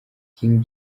king